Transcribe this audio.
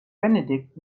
benedikt